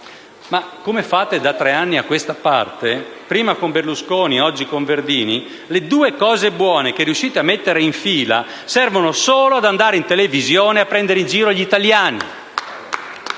Ma, come fate da tre anni a questa parte, prima con Berlusconi e oggi con Verdini, le due cose buone che riuscite a mettere in fila servono solo ad andare in televisione a prendere in giro gli italiani